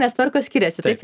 nes tvarkos skiriasi taip